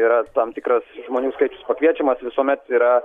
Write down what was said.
yra tam tikras žmonių skaičius pakviečiamas visuomet yra